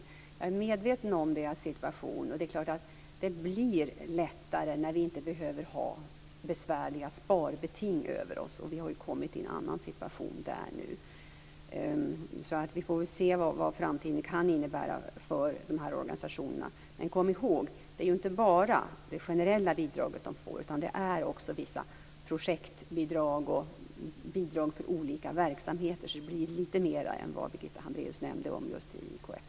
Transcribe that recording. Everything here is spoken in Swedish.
Men jag är medveten om deras situation, och det är klart att det blir lättare när vi inte behöver ha besvärliga sparbeting över oss. I fråga om det har vi ju nu kommit i en annan situation. Vi får väl därför se vad framtiden kan innebära för dessa organisationer. Men kom ihåg att det inte bara är det generella bidraget som de får utan att det också är vissa projektbidrag och bidrag för olika verksamheter. Det blir därför litet mer än vad Birgitta Hambraeus nämnde i fråga om IKFF.